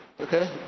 Okay